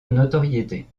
notoriété